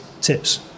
tips